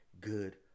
good